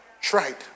Tried